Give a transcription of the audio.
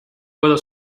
puedo